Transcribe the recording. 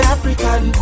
African